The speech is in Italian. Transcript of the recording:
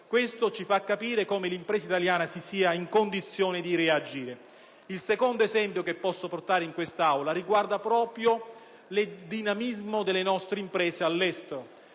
Questo ci fa capire come le imprese italiane siano in condizione di reagire. Il secondo esempio che voglio portare all'attenzione di quest'Assemblea riguarda proprio il dinamismo delle nostre imprese all'estero;